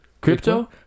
crypto